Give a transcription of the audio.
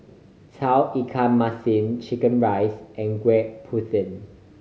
Tauge Ikan Masin chicken rice and Gudeg Putih